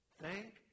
Thank